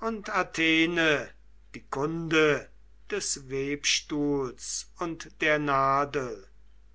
und athene die kunde des webestuhls und der nadel